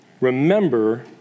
remember